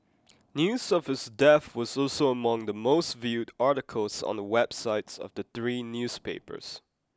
news of his death was also among the most viewed articles on the websites of the three newspapers